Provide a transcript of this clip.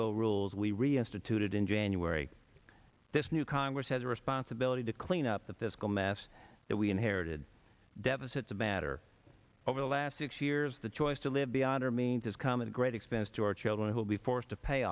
go rules we reinstituted in january this new congress has a responsibility to clean up the fiscal mess that we inherited deficits a batter over the last six years the choice to live beyond our means is common a great expense to our children who will be forced to pay